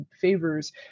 favors